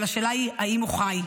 אבל השאלה היא אם הוא חי.